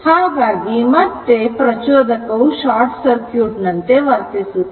ಹಾಗಾಗಿ ಮತ್ತೆ ಪ್ರಚೋದಕವು ಶಾರ್ಟ್ ಸರ್ಕ್ಯೂಟ್ ನಂತೆ ವರ್ತಿಸುತ್ತದೆ